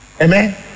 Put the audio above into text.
amen